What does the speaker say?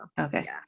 Okay